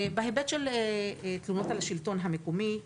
בהיבט של התלונות על השלטון המקומי,